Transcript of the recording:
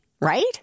right